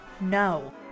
No